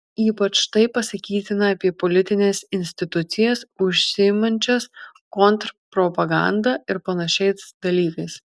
ypač tai pasakytina apie politines institucijas užsiimančias kontrpropaganda ir panašiais dalykais